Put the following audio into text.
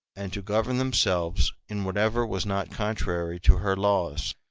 and to govern themselves in whatever was not contrary to her laws.